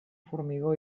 formigó